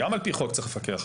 כי על פי חוק אתם צריכים לפקח.